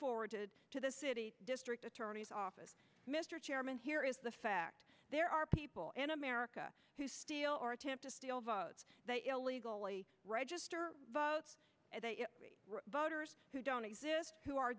forwarded to the city district attorney's office mr chairman here is the fact there are people in america who steal or attempt to steal votes they illegally register votes voters who don't exist who are